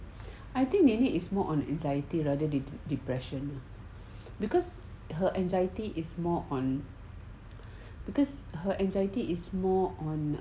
I think nenek is more on anxiety rather than depression ah because her anxiety is more on because her anxiety is more on